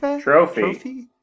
Trophy